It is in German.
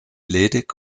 ledig